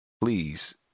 Please